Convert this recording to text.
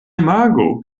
imago